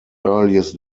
earliest